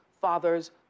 fathers